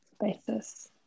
basis